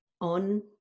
on